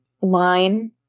line